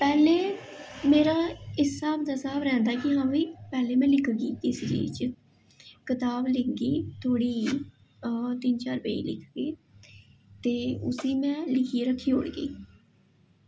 पैह्लें मेरा इस स्हाब दा स्हाब रैंह्दा कि हमें पैह्लें में लिखगी किसी चीज किताब लिखगी थोह्ड़ी जेही ओह् तिन्न चार पेज लिखगी ते उसी में लिखियै रक्खी ओड़गी